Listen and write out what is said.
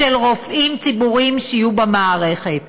של הרופאים הציבוריים במערכת.